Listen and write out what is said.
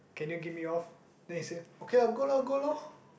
can you give me off then he say okay ah go lor go lor